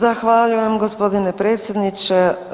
Zahvaljujem g. predsjedniče.